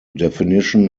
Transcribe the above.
definition